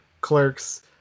Clerks